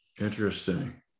interesting